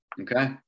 Okay